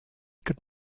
could